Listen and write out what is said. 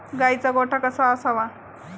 गाईचा गोठा कसा असावा?